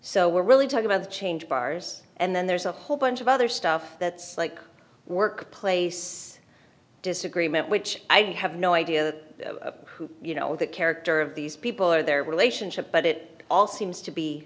so we're really talking about change buyers and then there's a whole bunch of other stuff that's like workplace disagreement which i have no idea who you know the character of these people or their relationship but it all seems to be